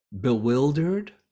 bewildered